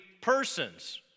persons